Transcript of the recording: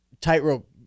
tightrope